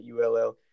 ULL